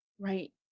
Right